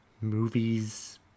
movies